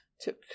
took